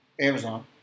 Amazon